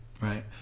Right